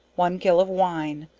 one gill of wine,